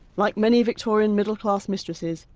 like many victorian middle-class mistresses,